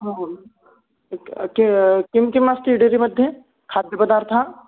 इत् क् किं किम् अस्ति डेरी मध्ये खाद्यपदार्थः